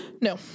No